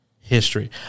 history